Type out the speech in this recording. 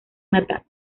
natal